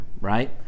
right